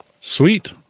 Sweet